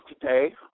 today